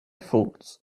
fault